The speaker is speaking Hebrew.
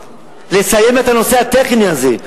לסיים את הנושא הטכני הזה,